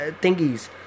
thingies